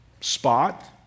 spot